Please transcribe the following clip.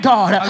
God